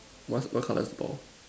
what's what colour is the ball